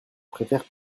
préfère